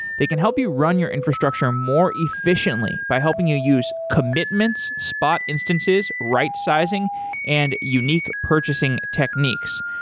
they can help you run your infrastructure more efficiently by helping you use commitments, spot instances, right sizing and unique purchasing techniques.